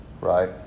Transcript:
right